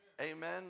amen